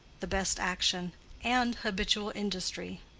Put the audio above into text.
the best action and habitual industry.